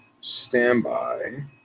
Standby